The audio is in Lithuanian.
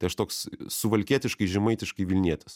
tai aš toks suvalkietiškai žemaitiškai vilnietis